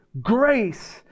Grace